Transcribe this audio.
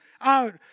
out